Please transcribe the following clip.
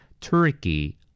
Turkey